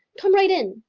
come right in.